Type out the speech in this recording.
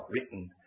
written